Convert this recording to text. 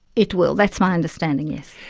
it will, that's my understanding, yes.